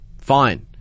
Fine